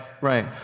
right